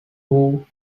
who